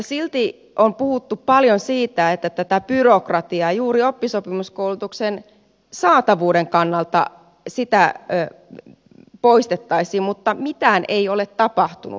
silti on puhuttu paljon siitä että byrokratiaa juuri oppisopimuskoulutuksen saatavuuden kannalta poistettaisiin mutta mitään ei ole tapahtunut